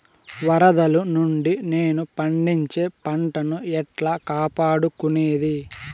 వరదలు నుండి నేను పండించే పంట ను ఎట్లా కాపాడుకునేది?